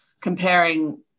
comparing